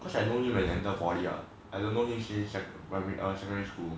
cause I know you when I enter poly what I don't know him since primary or secondary school